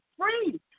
free